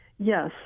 Yes